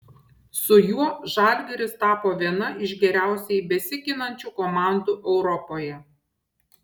su juo žalgiris tapo viena iš geriausiai besiginančių komandų europoje